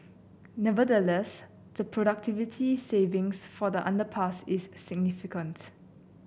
nevertheless the productivity savings for the underpass is significant